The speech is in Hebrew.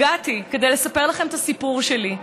הגעתי כדי לספר לכם את הסיפור שלי.